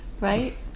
Right